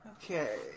Okay